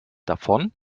davon